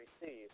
receive